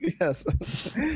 Yes